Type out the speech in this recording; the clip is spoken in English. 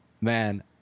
man